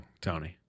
Tony